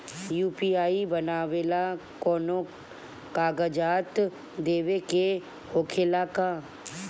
UPI बनावेला कौनो कागजात देवे के होखेला का?